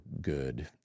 good